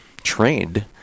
trained